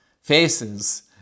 faces